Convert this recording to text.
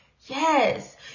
Yes